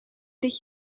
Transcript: dit